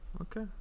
Okay